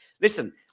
Listen